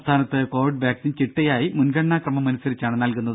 സംസ്ഥാനത്ത് Covid vaccine ചിട്ടയായി മുൻഗണനാ ക്രമമനുസരിച്ചാണ് നൽകുന്നത്